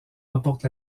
remportent